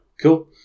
Cool